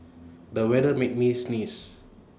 the weather made me sneeze